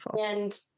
And-